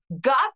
got